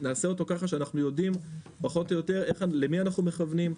נעשה אותו ככה כשאנחנו יודעים פחות או יותר למי אנחנו מכוונים,